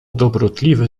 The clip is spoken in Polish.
dobrotliwy